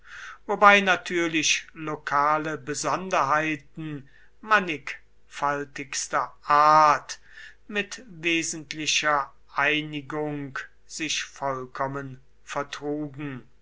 wobei natürlich lokale besonderheiten mannigfaltigster art mit wesentlicher einigung sich vollkommen vertrugen